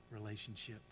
relationship